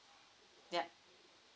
yup